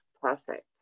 perfect